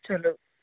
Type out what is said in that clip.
ਚਲੋ